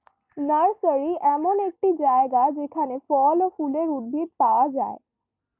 nursery এমন একটি জায়গা যেখানে ফল ও ফুলের উদ্ভিদ পাওয়া যায়